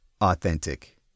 authentic